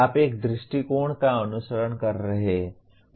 आप एक दृष्टिकोण का अनुसरण कर रहे हैं